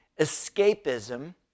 escapism